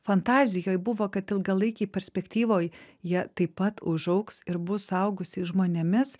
fantazijoj buvo kad ilgalaikėj perspektyvoj jie taip pat užaugs ir bus suaugusiais žmonėmis